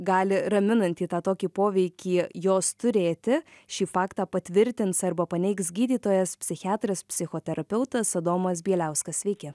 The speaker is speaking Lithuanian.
gali raminantį tą tokį poveikį jos turėti šį faktą patvirtins arba paneigs gydytojas psichiatras psichoterapeutas adomas bieliauskas sveiki